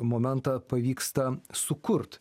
momentą pavyksta sukurt